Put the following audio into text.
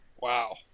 Wow